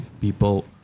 people